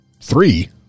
three